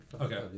Okay